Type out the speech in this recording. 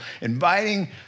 inviting